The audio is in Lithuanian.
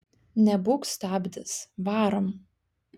nebūk stabdis varom